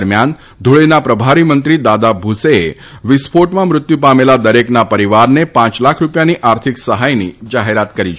દરમિયાન ધૂળેના પ્રભારી મંત્રી દાદા ભુસેએ વિસ્ફોટમાં મૃત્યુ પામેલા દરેકના પરિવારને પાંચ લાખ રૂપિયાની આર્થિક સહાયની જાહેરાત કરી છે